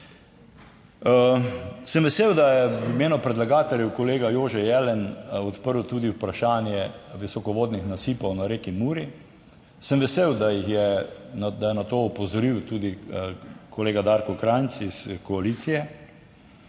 Sem vesel, da je v imenu predlagateljev kolega Jože Jelen odprl tudi vprašanje visokovodnih nasipov na reki Muri. Sem vesel, da jih je, da je na to opozoril tudi kolega Darko Krajnc iz koalicije.